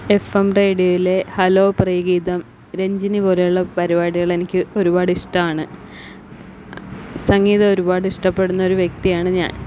F M റേഡിയോയിലെ hello Priyageetham Ranjini പോലെയുള്ള പരിപാടികൾ എനിക്ക് ഒരുപാട് ഇഷ്ട്ടമാണ് സംഗീതം ഒരുപാട് ഇഷ്ടപ്പെടുന്ന ഒരു വ്യക്തിയാണ് ഞാൻ